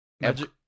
Magic